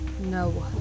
No